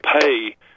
pay